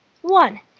One